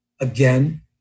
again